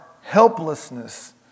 helplessness